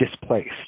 displaced